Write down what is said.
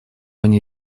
они